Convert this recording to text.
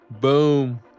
Boom